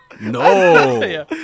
No